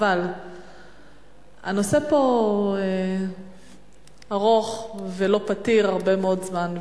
אבל הנושא פה ארוך ולא פתיר הרבה מאוד זמן,